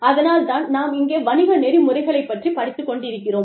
அதனால் தான் நாம் இங்கே வணிக நெறி முறைகளைப் பற்றிப் படித்துக் கொண்டிருக்கிறோம்